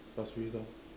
Pasir-Ris orh